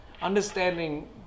understanding